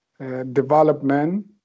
development